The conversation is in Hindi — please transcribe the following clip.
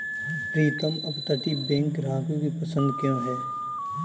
प्रीतम अपतटीय बैंक ग्राहकों की पसंद क्यों है?